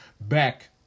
back